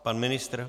Pan ministr?